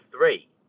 three